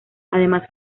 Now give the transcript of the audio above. además